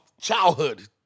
childhood